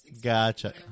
Gotcha